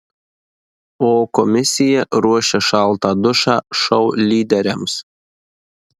o komisija ruošia šaltą dušą šou lyderiams